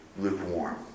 lukewarm